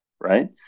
right